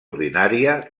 ordinària